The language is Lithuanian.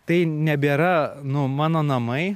tai nebėra nu mano namai